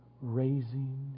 raising